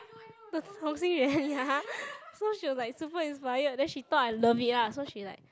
the 同心圆 ya so she was like super inspired then she thought I love lah so she like